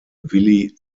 willy